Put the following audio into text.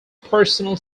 personal